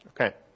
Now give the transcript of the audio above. Okay